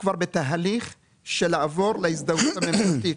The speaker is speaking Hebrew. כבר בתהליך של לעבור להזדהות הממשלתית.